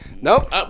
Nope